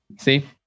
See